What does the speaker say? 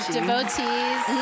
devotees